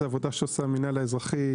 זו עבודה שעושה המינהל האזרחי,